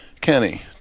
Kenny